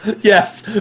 Yes